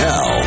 Now